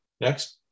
Next